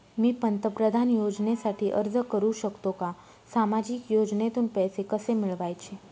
मी पंतप्रधान योजनेसाठी अर्ज करु शकतो का? सामाजिक योजनेतून पैसे कसे मिळवायचे